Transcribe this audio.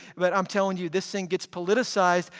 but i'm telling you this thing gets politicized,